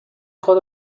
خود